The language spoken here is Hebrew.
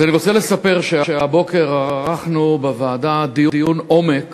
אז אני רוצה לספר שהבוקר ערכנו בוועדה דיון עומק